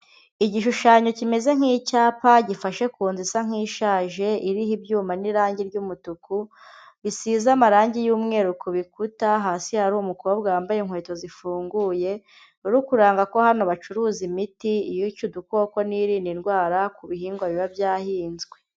Igishushanyo kimeze nk'icyapa gifashe ku nzu isa nk'ishaje, iriho ibyuma n'irangi ry'umutuku, gisize amarangi y'umweru ku bikuta, hasi hari umukobwa wambaye inkweto zifunguye, uri kuranga ko hano bacuruza imiti, iyica udukoko n'irinda indwara ku bihingwa biba byahinzwe.